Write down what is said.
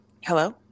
Hello